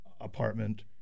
apartment